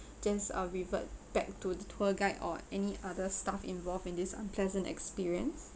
uh revert back to the tour guide or any other staff involved in this unpleasant experience